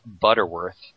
Butterworth